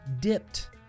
dipped